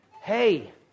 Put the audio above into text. hey